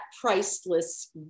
priceless